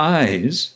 eyes